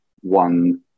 one